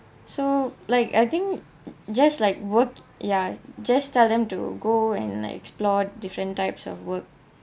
so like I think just like work ya just tell them to go and they explored different types of work